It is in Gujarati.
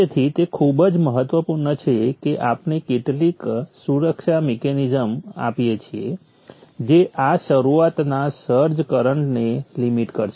તેથી તે ખૂબ જ મહત્વપૂર્ણ છે કે આપણે કેટલીક સુરક્ષા મિકેનિઝમ આપીએ છીએ જે આ શરુઆતના સર્જ કરન્ટને લિમિટ કરશે